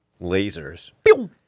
lasers